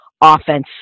offense